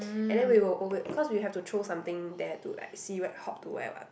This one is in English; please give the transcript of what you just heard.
and then we will alwa~ cause we have to throw something there to like see where hop to where [what]